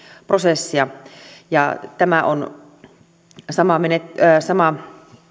prosessia tämä on sama